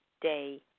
day